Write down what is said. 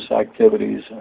activities